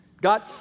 God